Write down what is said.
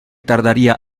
tardaría